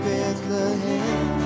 Bethlehem